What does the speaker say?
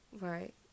right